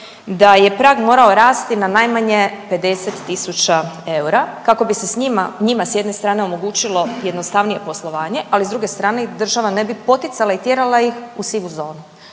da je prag morao rasti na najmanje 50000 eura kako bi se njima s jedne strane omogućilo jednostavnije poslovanje, ali s druge strane država ne bi poticala i tjerala ih u sivu zonu.